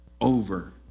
over